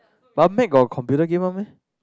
but Mac got computer game one meh